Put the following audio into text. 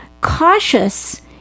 cautious